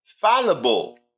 fallible